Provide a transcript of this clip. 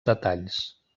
detalls